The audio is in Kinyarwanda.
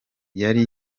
yari